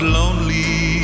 lonely